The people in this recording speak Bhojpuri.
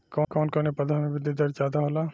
कवन कवने पौधा में वृद्धि दर ज्यादा होला?